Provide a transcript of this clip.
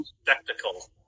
spectacle